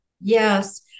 Yes